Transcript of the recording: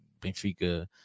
Benfica